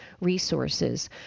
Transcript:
resources